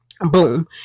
boom